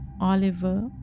Oliver